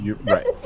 Right